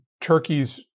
Turkey's